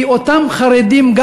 כי אותם חרדים,